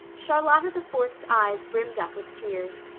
charlotta the fourth's eyes brimmed up with tears.